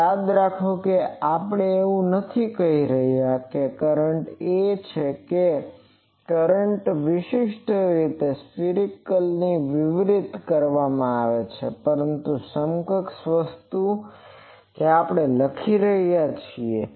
તો યાદ રાખો કે આપણે એવું નથી કહી રહ્યા કે કરંટ A છે કે કરંટને વિશિષ્ટ રીતે સર્કમ્ફરન્સિઅલિ વિતરિત કરવામાં આવે છે પરંતુ તેને સમકક્ષ વસ્તુ જે આપણે લઈએ છીએ